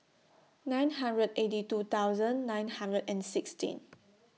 nine hundred eighty two thousand nine hundred and sixteen